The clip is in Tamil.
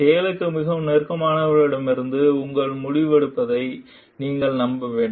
செயலுக்கு மிக நெருக்கமானவர்களிடமிருந்து உங்கள் முடிவெடுப்பதை நீங்கள் நம்ப வேண்டும்